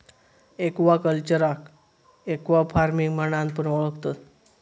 एक्वाकल्चरका एक्वाफार्मिंग म्हणान पण ओळखतत